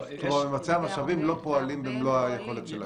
כלומר, ממצי המשאבים לא פועלים במלוא היכולת שלהם.